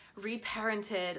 reparented